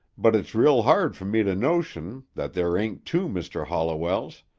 but it's real hard for me to notion that there ain't two mr. holliwells,